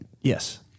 Yes